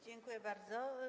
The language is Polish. Dziękuję bardzo.